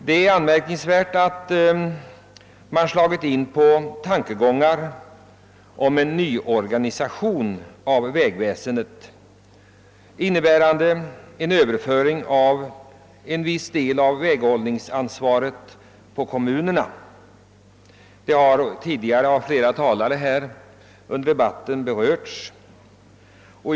Det är anmärkningsvärt att man slagit in på tankegången om en nyorganisation av vägväsendet som innebär en överföring av en viss del av väghållningsansvaret på kommunerna. Det har berörts tidigare här under debatten av flera talare.